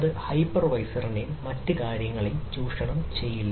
അത് ഹൈപ്പർവൈസറിനെയും മറ്റ് കാര്യങ്ങളെയും ചൂഷണം ചെയ്യില്ല